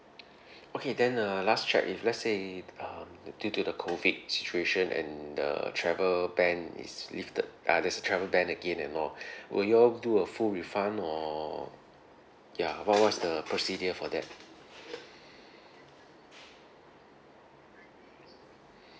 okay then uh last check if let's say if um uh due to the COVID situation and the travel ban is lifted uh there's a travel ban again and all will you all do a full refund or ya what what's the procedure for that